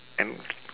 and